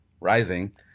rising